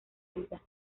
vida